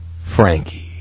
Frankie